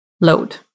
load